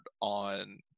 on